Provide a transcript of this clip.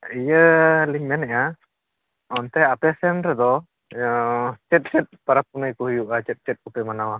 ᱤᱭᱟᱹ ᱞᱤᱧ ᱢᱮᱱᱮᱜᱼᱟ ᱚᱱᱛᱮ ᱟᱯᱮ ᱥᱮᱫ ᱨᱮᱫᱚ ᱪᱮᱫ ᱪᱮᱫ ᱯᱚᱨᱚᱵᱽ ᱯᱩᱱᱟᱹᱭ ᱠᱚ ᱦᱩᱭᱩᱜᱼᱟ ᱪᱮᱫ ᱪᱮᱫ ᱠᱚᱯᱮ ᱢᱟᱱᱟᱣᱟ